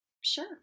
Sure